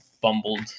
bumbled